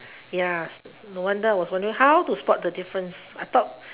ya no wonder I was wondering how to spot the difference I thought